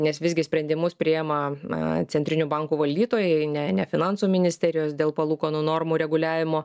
nes visgi sprendimus priima centrinių bankų valdytojai ne ne finansų ministerijos dėl palūkanų normų reguliavimo